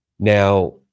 Now